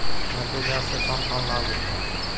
मिट्टी जाँच से कौन कौनलाभ होखे?